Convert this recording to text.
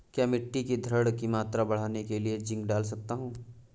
क्या मिट्टी की धरण की मात्रा बढ़ाने के लिए जिंक डाल सकता हूँ?